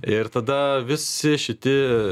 ir tada visi šiti